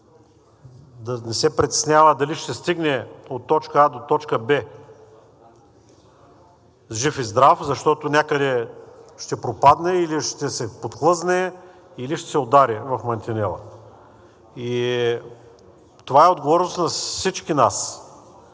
да не се притеснява дали ще стигне от точка А до точка Б жив и здрав, защото някъде ще пропадне или ще се подхлъзне, или ще се удари в мантинелата. Това е отговорност на всички нас.